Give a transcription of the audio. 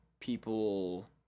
people